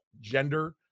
gender